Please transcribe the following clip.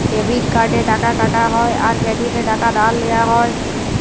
debit কার্ডে টাকা কাটা হ্যয় আর ক্রেডিটে টাকা ধার লেওয়া হ্য়য়